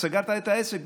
סגרת את העסק,